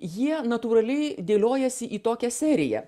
jie natūraliai dėliojasi į tokią seriją